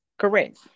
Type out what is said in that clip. Correct